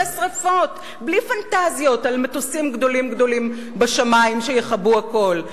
שרפות בלי פנטזיות על מטוסים גדולים בשמים שיכבו הכול.